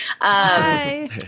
Hi